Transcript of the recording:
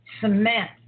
cement